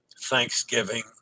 Thanksgiving